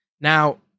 Now